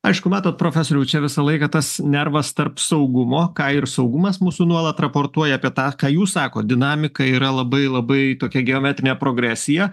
aišku matot profesoriau čia visą laiką tas nervas tarp saugumo ką ir saugumas mūsų nuolat raportuoja apie tą ką jūs sakot dinamika yra labai labai tokia geometrine progresija